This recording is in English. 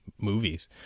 movies